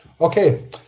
Okay